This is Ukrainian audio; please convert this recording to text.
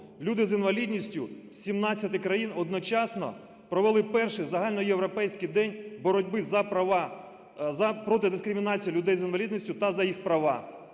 люди з інвалідністю з 17 країн одночасно провели перший загальноєвропейський день боротьби проти дискримінації людей з інвалідністю та за їх права.